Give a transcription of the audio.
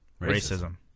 racism